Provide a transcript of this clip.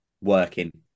working